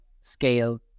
scale